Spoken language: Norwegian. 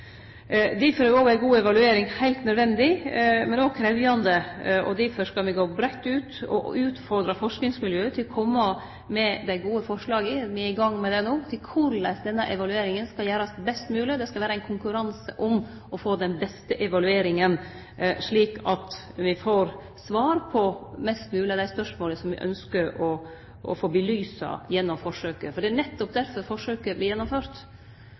Difor er ei god evaluering heilt nødvendig, men òg krevjande. Difor skal me gå breitt ut og utfordre forskingsmiljøa til å kome med dei gode forslaga. Me er no i gang med korleis denne evalueringa skal gjerast best mogleg. Det skal vere ein konkurranse om å få den beste evalueringa, slik at me får svar på flest mogleg av dei spørsmåla som me ynskjer å belyse gjennom forsøket. Det er nettopp derfor forsøket vert gjennomført.